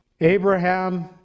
Abraham